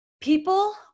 people